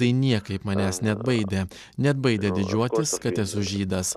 tai niekaip manęs neatbaidė neatbaidė didžiuotis kad esu žydas